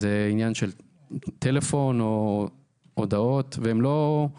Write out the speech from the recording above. זהו עניין של טלפון, או הודעות, והם לא יודעים.